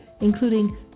including